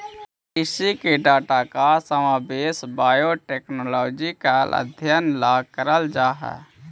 कृषि के डाटा का समावेश बायोटेक्नोलॉजिकल अध्ययन ला करल जा हई